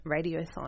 Radiothon